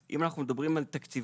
אז אם אנחנו מדברים על תקציבים